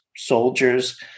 soldiers